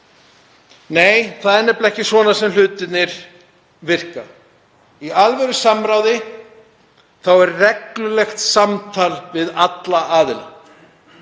Nei, það er nefnilega ekki svona sem hlutirnir virka. Í alvörusamráði er reglulegt samtal við alla aðila,